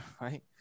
right